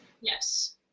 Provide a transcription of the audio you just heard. Yes